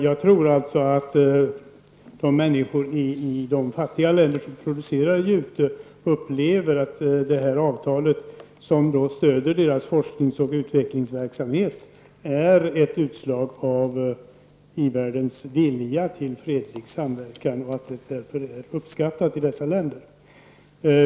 Jag tror att de människor i de fattiga länderna som producerar jute upplever att avtalet som stöder deras forsknings och utvecklingsverksamhet är ett utslag av i-världens vilja till fredlig samverkan och att det är uppskattat i dessa länder.